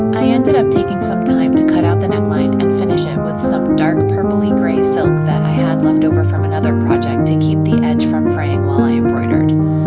i ended up taking some time to cut out the neckline and finish it with some dark purpley-grey silk that i had leftover from another project to keep the edge from fraying while i embroidered.